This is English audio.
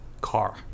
car